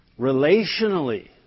relationally